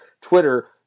Twitter